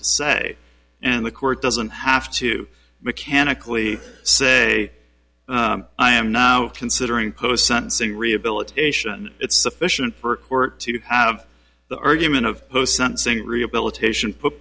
say and the court doesn't have to mechanically say i am now considering post sentencing rehabilitation it's sufficient for court to have the argument of sensing rehabilitation